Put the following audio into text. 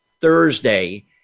Thursday